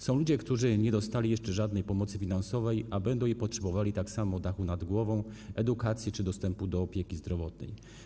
Są ludzie, którzy nie dostali jeszcze żadnej pomocy finansowej, a będą jej potrzebowali, tak samo jak dachu nad głową, edukacji czy dostępu do opieki zdrowotnej.